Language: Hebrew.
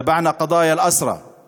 דאגנו גם לענייני האסירים.